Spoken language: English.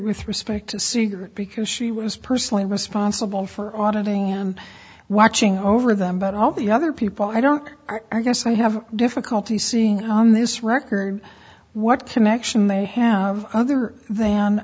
with respect to see her because she was personally responsible for auditing and watching over them but all the other people i don't i guess i have difficulty seeing on this record what connection they have other than